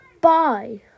bye